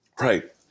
Right